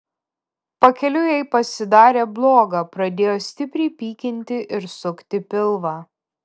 pakeliui jai pasidarė bloga pradėjo stipriai pykinti ir sukti pilvą